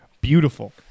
beautiful